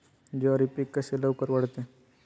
ज्वारी पीक कसे लवकर वाढते?